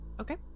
Okay